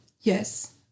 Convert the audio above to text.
yes